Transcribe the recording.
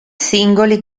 singoli